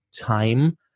time